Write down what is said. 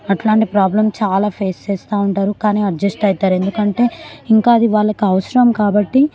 అట్లాంటి ప్రాబ్లం చాలా ఫేస్ చేస్తూ ఉంటారు కానీ అడ్జస్ట్ అవుతారు ఎందుకంటే ఇంకా అది వాళ్ళకది అవసరం కాబట్టి